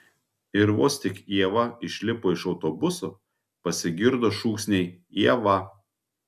ir vos tik ieva išlipo iš autobuso pasigirdo šūksniai ieva